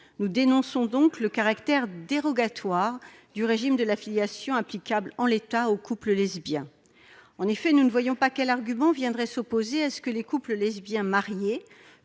nous dénonçons le caractère dérogatoire du régime de la filiation applicable actuellement aux couples lesbiens. En effet, nous ne voyons pas quel argument viendrait s'opposer à ce que les couples lesbiens mariés